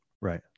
right